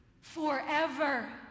forever